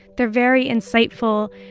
they're very insightful,